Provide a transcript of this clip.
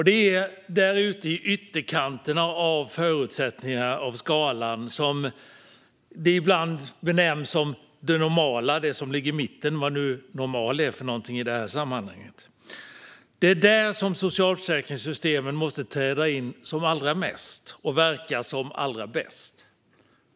Det är ute i ytterkanterna av skalan där det som ibland benämns som det normala - vad nu normalt betyder i detta sammanhang - ligger i mitten som socialförsäkringssystemen måste träda in som allra mest och verka som allra bäst.